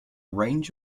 range